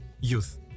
youth